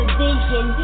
vision